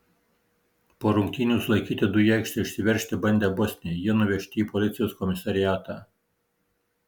po rungtynių sulaikyti du į aikštę išsiveržti bandę bosniai jie nuvežti į policijos komisariatą